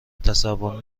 تصور